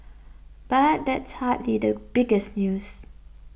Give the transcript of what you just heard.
but that's hard little biggest news